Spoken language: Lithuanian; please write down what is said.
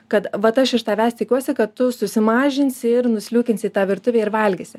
kad vat aš iš tavęs tikiuosi kad tu susimažinsi ir nusliūkins į tą virtuvėje ir valgysi